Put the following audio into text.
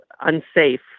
unsafe